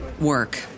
work